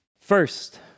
First